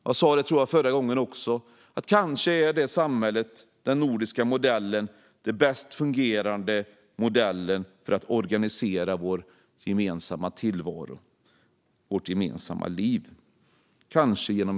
Jag tror att jag även förra gången sa att kanske är den nordiska modellen den bäst fungerande modellen genom hela världshistorien för att organisera vår gemensamma tillvaro och vårt gemensamma liv.